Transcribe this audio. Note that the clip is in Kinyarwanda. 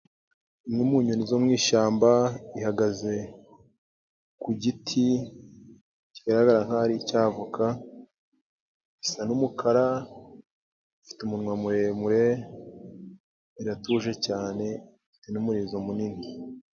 Imwe mu nyoni zo mu ishyamba ihagaze ku giti kigaragara nk'aho ari icy' avoka. Isa n'umukara, ifite umunwa muremure, iratuje cyane ifite n'umurizo munini..